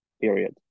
period